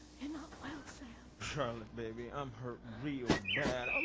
and not well sam. charlotte, baby, i'm hurt real bad. um